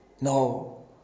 No